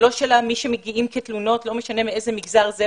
לא של מי שמגיעים כתלונות ולא משנה מאיזה מגזר הם באים,